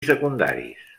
secundaris